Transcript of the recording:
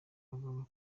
avanwa